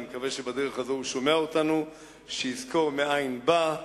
ואני מקווה שבדרך הזאת הוא שומע אותנו: שיזכור מאין בא,